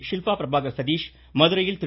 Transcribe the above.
ஷில்பா பிரபாகர் சதீஷ் மதுரையில் திரு